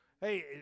hey